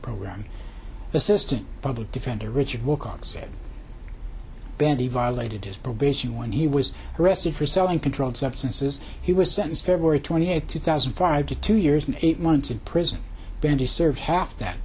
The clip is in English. program assistant public defender richard wilcox said betty violated his probation when he was arrested for selling controlled substances he was sentenced february twenty eighth two thousand and five to two years and eight months in prison bender served half that